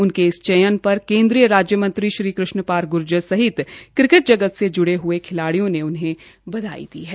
उनके इस चयन पर केंद्रीय राज्य मंत्री श्री कृष्णपाल ग्र्जर सहित क्रिकेट जगत से जुड़े हए खिलाडियों ने उन्हें बधाई दी है